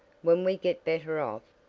when we get better off,